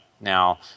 now